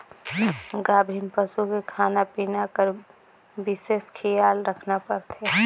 गाभिन पसू के खाना पिना कर बिसेस खियाल रखना परथे